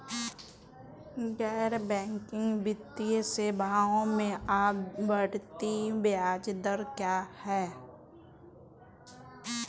गैर बैंकिंग वित्तीय सेवाओं में आवर्ती ब्याज दर क्या है?